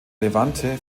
levante